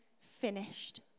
finished